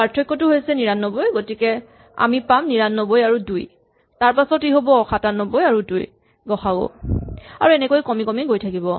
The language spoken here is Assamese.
পাৰ্থক্যটো হৈছে ৯৯ গতিকে আমি পাম ৯৯ আৰু ২ তাৰপাছত ই হ'ব ৯৭ আৰু ২ ৰ গ সা উ আৰু এনেকৈয়ে কমি কমি গৈ থাকিব